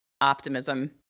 optimism